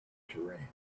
terrain